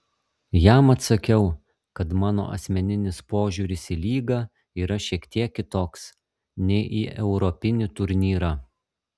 jam atsakiau kad mano asmeninis požiūris į lygą yra šiek tiek kitoks nei į europinį turnyrą